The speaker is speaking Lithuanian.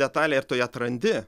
detalę ir tu ją atrandi